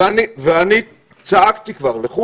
ואני צעקתי כבר: לכו,